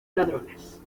ladrones